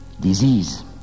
disease